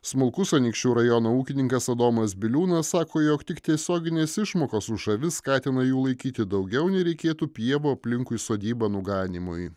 smulkus anykščių rajono ūkininkas adomas biliūnas sako jog tik tiesioginės išmokos už avis skatina jų laikyti daugiau nei reikėtų pievų aplinkui sodybą nuganymui